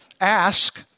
ask